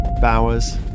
Bowers